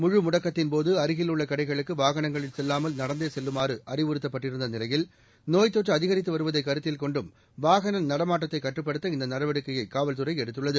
முழுமுடக்கத்தின்போது அருகில் உள்ள கடைகளுக்கு வாகனங்களில் செல்லாமல் நடந்தே செல்லுமாறு அறிவுறுத்தப்பட்டிருந்த நிலையில் நோய்த் தொற்று அதிகரித்து வருவதை கருத்தில் கொண்டும் வாகன நடமாட்டத்தை கட்டுப்படுத்த இந்த நடவடிக்கையை காவல்துறை எடுத்துள்ளது